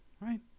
Right